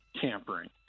tampering